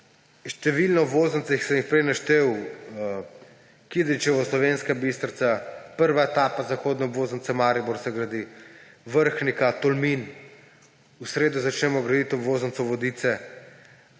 Številne obvoznice, ki sem jih prej naštel, Kidričevo, Slovenska Bistrica, prva etapa zahodne obvoznice Maribor se gradi, Vrhnika, Tolmin, v sredo začnemo graditi obvoznico Vodice.